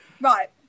right